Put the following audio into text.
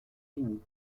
unis